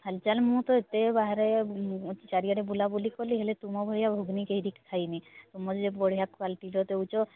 ହାଲ୍ଚାଲ୍ ମୁଁ ତ ଏତେ ବାହାରେ ଚାରିଆଡ଼େ ବୁଲାବୁଲି କଲି ହେଲେ ତୁମ ଭଳିଆ ଘୁଗୁନି କେହି ଖାଇନି ତମର ଯେ ବଢ଼ିଆ କ୍ୱାଲିଟିର ଦେଉଛ